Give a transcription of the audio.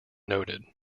noted